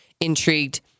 intrigued